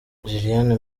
lilian